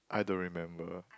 I don't remember